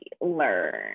learn